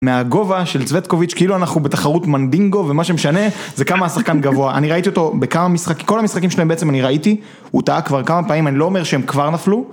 מהגובה של צבטקוביץ' כאילו אנחנו בתחרות מנדינגו ומה שמשנה זה כמה השחקן גבוה. אני ראיתי אותו בכמה מש.. בכל המשחקים שלהם בעצם אני ראיתי. הוא טעה כבר כמה פעמים. אני לא אומר שהם כבר נפלו